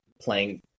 playing